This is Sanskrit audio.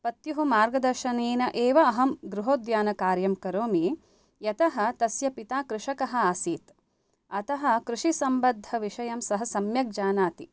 पत्युः मार्गदर्शनेन एव अहं गृहोद्यानकार्यं करोमि यतः तस्य पिता कृषकः आसीत् अतः कृषिसम्बद्धविषयं सः सम्यक् जानाति